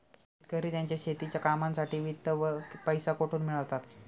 शेतकरी त्यांच्या शेतीच्या कामांसाठी वित्त किंवा पैसा कुठून मिळवतात?